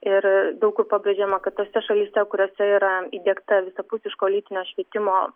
ir daug kur pabrėžiama kad tose šalyse kuriose yra įdiegta visapusiško lytinio švietimo